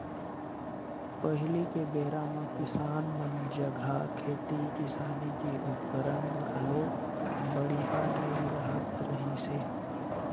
पहिली के बेरा म किसान मन जघा खेती किसानी के उपकरन घलो बड़िहा नइ रहत रहिसे